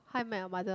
How-I-Met-Your-Mother